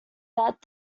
that